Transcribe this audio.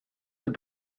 had